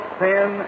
sin